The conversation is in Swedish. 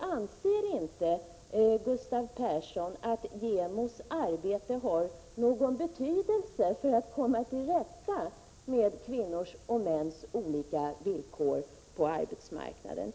Anser inte Gustav Persson att JämO:s arbete har någon betydelse för att komma till rätta med kvinnors och mäns olika villkor på arbetsmarknaden?